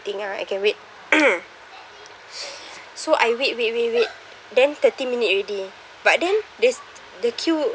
waiting ah I can wait so I wait wait wait wait then thirty minute already but then there's the queue